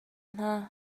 hna